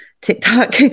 TikTok